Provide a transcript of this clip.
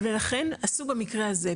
ולכן עשו במקרה הזה,